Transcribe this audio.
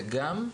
וגם,